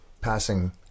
passing